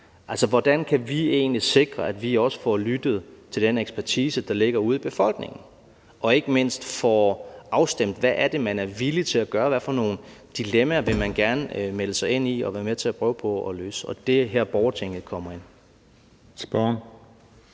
Altså, hvordan kan vi egentlig sikre, at vi også får lyttet til den ekspertise, der ligger ude i befolkningen, og ikke mindst får afstemt, hvad det er, man er villig til at gøre, hvilke dilemmaer vil man gerne melde sig ind i og være med til at prøve på at løse? Og det er her, borgertinget kommer ind.